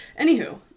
Anywho